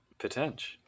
potential